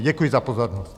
Děkuji za pozornost.